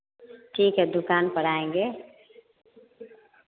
ठीक है दुकान पर आएँगे